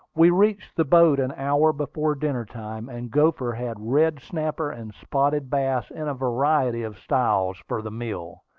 we reached the boat an hour before dinner-time, and gopher had red snapper and spotted bass in a variety of styles for the meal.